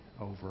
over